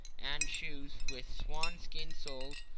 and shoes with swan-skin soles,